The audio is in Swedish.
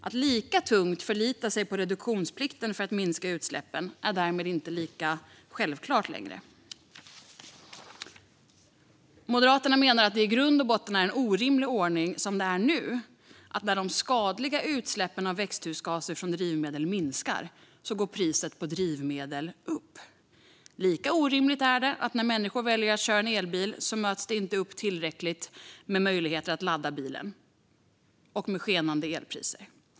Att tungt förlita sig på reduktionsplikten för att minska utsläppen är därmed inte längre lika självklart. Moderaterna menar att det i grund och botten är en orimlig ordning att när de skadliga utsläppen av växthusgaser från drivmedel minskar går priset på drivmedel upp, som nu. Lika orimligt är det att när människor väljer att köra elbil möts det inte upp med tillräckliga möjligheter att ladda bilen utan med skenande elpriser.